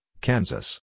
Kansas